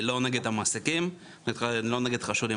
לא נגד המעסיקים, לא נגד חשודים.